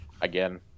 again